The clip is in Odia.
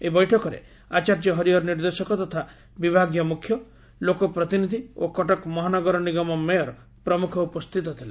ଏହି ବୈଠକରେ ଆଚାର୍ଯ୍ୟ ହରିହର ନିର୍ଦ୍ଦେଶକ ତଥା ବିଭାଗୀୟ ମୁଖ୍ୟ ଲୋକ ପ୍ରତିନିଧି ଓ କଟକ ମହାନଗର ନିଗମ ମେୟର ପ୍ରମୁଖ ଉପସ୍ଥିତ ଥିଲେ